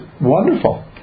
wonderful